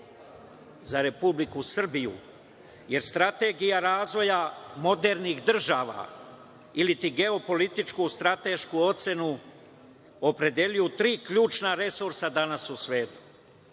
za Republiku Srbiju, jer strategija razvoja modernih država iliti geopolitičku stratešku ocenu opredeljuju tri ključna resursa danas u svetu: